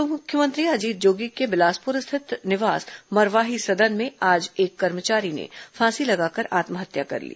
पूर्व मुख्यमंत्री अजीत जोगी के बिलासपुर स्थित निवास मरवाही सदन में आज एक कर्मचारी ने फांसी लगाकर आत्महत्या कर ली